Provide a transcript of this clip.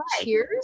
Cheers